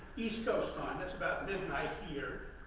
east coast time, that's about midnight, here,